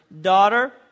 daughter